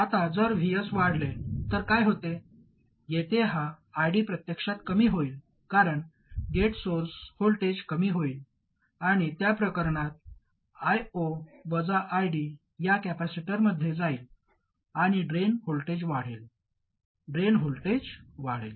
आता जर Vs वाढले तर काय होते येथे हा ID प्रत्यक्षात कमी होईल कारण गेट सोर्स व्होल्टेज कमी होईल आणि त्या प्रकरणात I0 वजा ID या कॅपेसिटरमध्ये जाईल आणि ड्रेन व्होल्टेज वाढवेल ड्रेन व्होल्टेज वाढेल